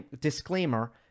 disclaimer